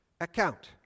account